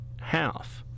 half